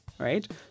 right